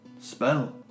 spell